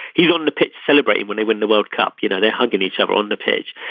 he's on the pitch celebrating when they win the world cup. you know they're hugging each other on the pitch.